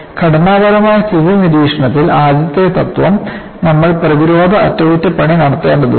ഘടനാപരമായ സ്ഥിതി നിരീക്ഷണത്തിൽ ആദ്യത്തെ തത്വം നമ്മൾ പ്രതിരോധ അറ്റകുറ്റപ്പണി നടത്തേണ്ടതുണ്ട്